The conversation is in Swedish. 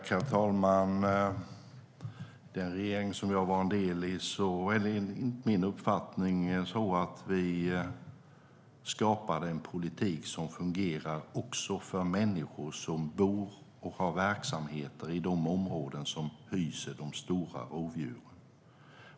Herr talman! Enligt min uppfattning skapade den regering som jag var en del av en politik som fungerar också för människor som bor och har verksamheter i de områden som hyser de stora rovdjuren.